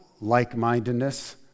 like-mindedness